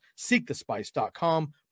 Seekthespice.com